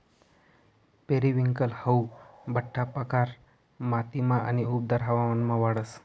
periwinkle हाऊ बठ्ठा प्रकार मातीमा आणि उबदार हवामानमा वाढस